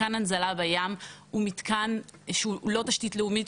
מתקן הנזלה בים הוא מתקן שהוא לא תשתית לאומית,